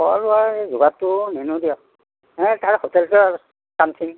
অঁ এই যোগাৰটো নেনো দিয়ক তাৰ